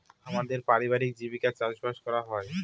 আমাদের পারিবারিক জীবিকা চাষবাস করা হয়